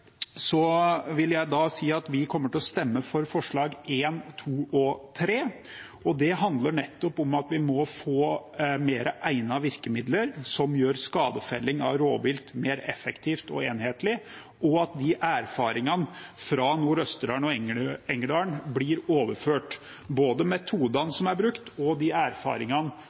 vi kommer til å stemme for forslagene nr. 1, 2 og 3. De handler nettopp om at vi må få mer egnede virkemidler som gjør skadefelling av rovvilt mer effektivt og enhetlig, og at de erfaringene fra Nord-Østerdal og Engerdal blir overført, både metodene som er brukt og de erfaringene